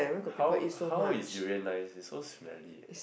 how how is durian nice it's so smelly eh